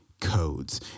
codes